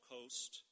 Coast